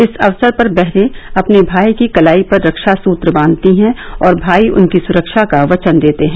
इस अवसर पर बहने अपने भाई के कलाई पर रक्षासुत्र बांधती हैं और भाई उनकी सुरक्षा का वचन देते हैं